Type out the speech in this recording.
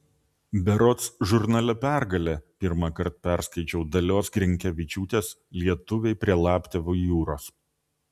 berods žurnale pergalė pirmąkart perskaičiau dalios grinkevičiūtės lietuviai prie laptevų jūros